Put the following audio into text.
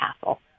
castle